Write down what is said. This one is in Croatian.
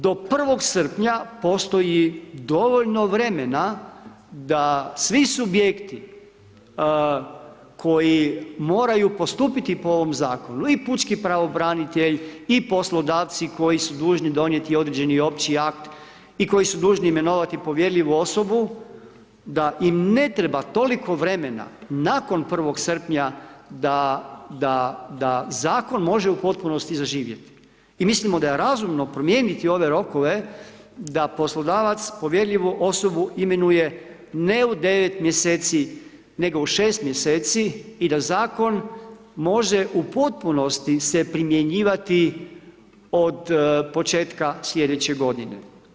Do 1. srpnja postoji dovoljno vremena da svi subjekti koji moraju postupiti po ovom Zakonu i pučki pravobranitelj i poslodavci koji su dužni donijeti određeni Opći akt i koji su dužni imenovati povjerljivu osobu da im ne treba toliko vremena nakon 1. srpnja da Zakon može u potpunosti zaživjeti i mislimo da je razumno promijeniti ove rokove da poslodavac povjerljivu osobu imenuje, ne u 9 mjeseci, nego u 6 mjeseci i da Zakon može u potpunosti se primjenjivati od početka slijedeće godine.